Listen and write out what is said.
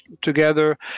together